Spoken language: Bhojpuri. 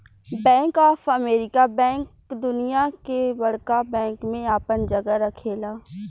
बैंक ऑफ अमेरिका बैंक दुनिया के बड़का बैंक में आपन जगह रखेला